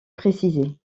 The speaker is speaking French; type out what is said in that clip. précisée